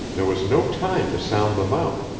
there was no time to sound them out.